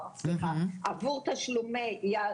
נמצאות באוכלוסיות קשות יום והמשמעות עבורן בדחיית גיל הפרישה,